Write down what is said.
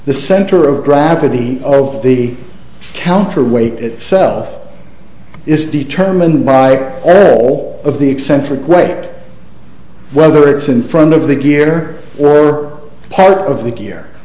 the center of gravity of the counterweight itself is determined by all of the eccentric right whether it's in front of the gear or part of the gear